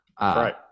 Right